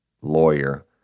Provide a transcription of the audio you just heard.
lawyer